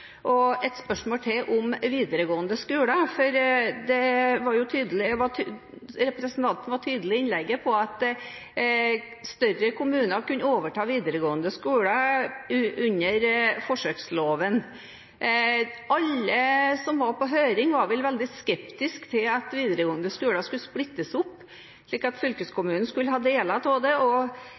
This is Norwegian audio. hånd? Et spørsmål til, om videregående skoler: Representanten var i innlegget tydelig på at større kommuner kunne overta videregående skoler under forsøksloven. Alle som var på høring, var vel veldig skeptiske til at videregående skoler skulle splittes opp slik at fylkeskommunen skulle ha deler av det og